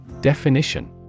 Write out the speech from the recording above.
Definition